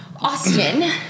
Austin